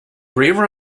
rear